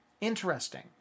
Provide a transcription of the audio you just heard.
interesting